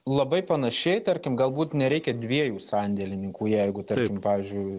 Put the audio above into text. labai panašiai tarkim galbūt nereikia dviejų sandėlininkų jeigu tarkim pavyzdžiui